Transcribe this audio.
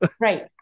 Right